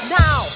now